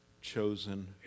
chosen